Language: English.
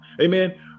Amen